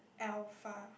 alpha